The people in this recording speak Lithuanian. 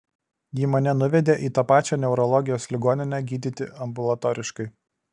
ji mane nuvedė į tą pačią neurologijos ligoninę gydyti ambulatoriškai